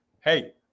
Hey